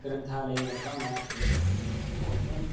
ग्रन्थालये गत्वा मया क्रियते एवं